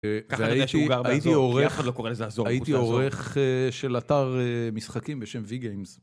הייתי עורך של אתר משחקים בשם V-Games